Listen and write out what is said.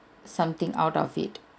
something out of it